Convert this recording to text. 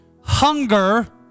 Hunger